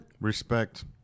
Respect